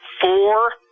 Four